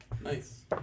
Nice